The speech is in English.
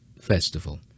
festival